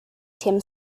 tim